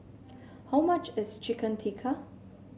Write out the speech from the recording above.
how much is Chicken Tikka